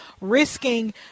risking